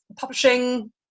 publishing